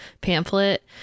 pamphlet